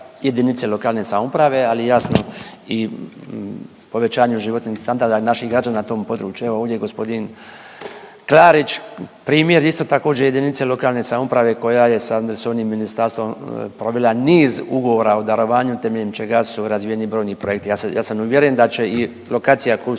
jedinice lokalne samouprave, ali jasno i povećanju životnog standarda naših građana na tom području. Evo ovdje je gospodin Klarić primjer isto također jedinice lokalne samouprave koja sad sa ovim ministarstvom provela niz ugovora o darovanju temeljem čega su razvijeni brojni projekti. Ja sam uvjeren da će i lokacija koju